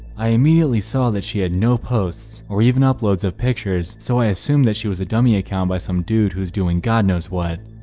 i immediately saw that she had no posts or even uploads of pictures. so i assumed that she was a dummy account by some dude who's doing god-knows-what.